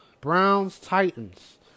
Browns-Titans